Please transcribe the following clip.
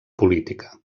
política